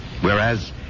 Whereas